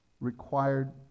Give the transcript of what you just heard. required